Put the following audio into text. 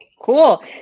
Cool